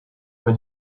when